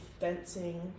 fencing